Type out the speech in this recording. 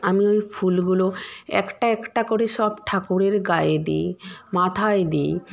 আমি ওই ফুলগুলো একটা একটা করে সব ঠাকুরের গায়ে দিই মাথায় দিই